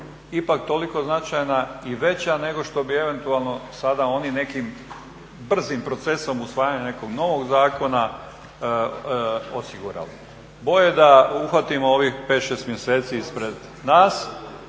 ipak toliko značajna i veća nego što bi eventualno sada oni nekim brzim procesom usvajanja nekog novog zakona osigurao. Bolje da uhvatimo ovih 5, 6 mjeseci ispred nas